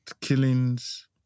killings